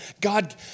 God